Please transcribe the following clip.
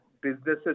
businesses